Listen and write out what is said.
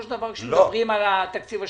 של דבר כשסוגרים על התקציב השנתי?